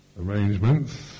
arrangements